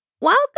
Welcome